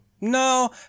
No